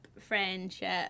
friendship